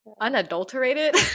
Unadulterated